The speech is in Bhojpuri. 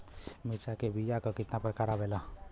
मिर्चा के बीया क कितना प्रकार आवेला?